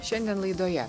šiandien laidoje